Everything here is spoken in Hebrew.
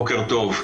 בוקר טוב.